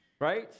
right